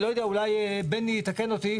אדוני צודק ברמה העקרונית.